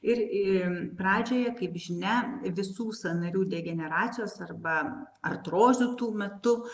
ir pradžioje kaip žinia visų sąnarių degeneracijos arba artrozių tų metu